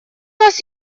нас